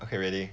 okay ready